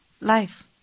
life